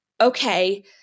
okay